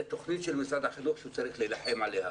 זה תוכנית של משרד החינוך שהוא צריך להילחם עליה.